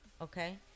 okay